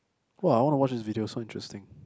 !wow! I wanna watch this video so interesting